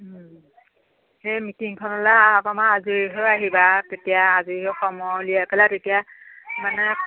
সেই মিটিঙখনলে অহাৰ পৰা মই আজৰি হৈ আহিবা তেতিয়া আজৰি হৈ উলিয়াই পেলাই তেতিয়া মানে